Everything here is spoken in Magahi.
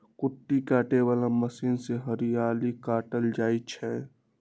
कुट्टी काटे बला मशीन से हरियरी काटल जाइ छै